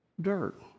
Dirt